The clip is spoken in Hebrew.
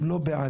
הם לא בעלים,